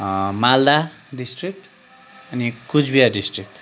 Malda district अनि Cooch Behar district